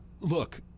Look